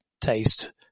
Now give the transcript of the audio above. taste